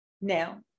now